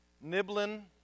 Nibbling